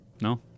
No